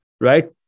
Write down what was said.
right